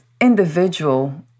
individual